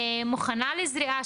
מוכנה לזריעה,